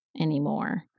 anymore